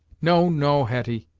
no, no hetty.